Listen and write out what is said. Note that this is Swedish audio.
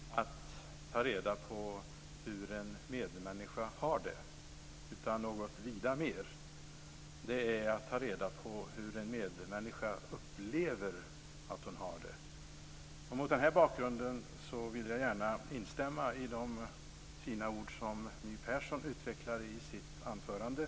Fru talman! Empati är inte enbart att ta reda på hur en medmänniska har det, utan något vida mer. Det är att ta reda på hur en medmänniska upplever att hon har det. Mot den bakgrunden vill jag gärna instämma i de fina ord som My Persson sade i sitt anförande.